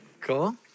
Cool